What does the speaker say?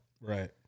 Right